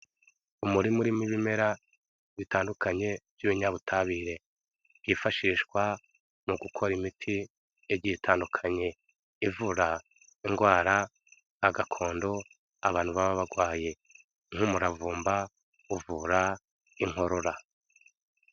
Umurima urimo ibimera bitandukanye by'ubunyabutabire, byifashishwa mu gukora imiti igiye itandukanye ivura indwara za gakondo abantu baba barwaye. Nk'umuravumba uvura inkorora.